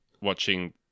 watching